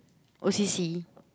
go C_C